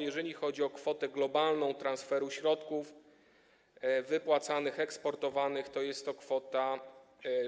Jeżeli chodzi o kwotę globalną transferu środków wypłacanych, eksportowanych, to jest to kwota